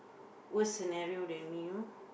worse scenario than me you know